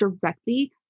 directly